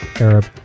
Arab